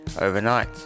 overnight